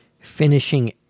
finishing